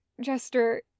Jester